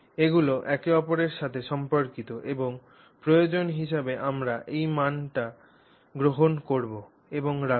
এগুলি একে অপরের সাথে সম্পর্কিত এবং প্রয়োজন হিসাবে আমরা এই মানটি গ্রহণ করব এবং রাখব